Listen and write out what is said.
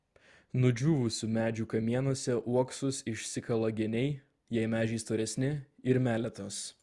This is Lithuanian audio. nudžiūvusių medžių kamienuose uoksus išsikala geniai jei medžiai storesni ir meletos